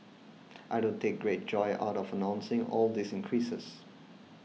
I don't take great joy out of announcing all these increases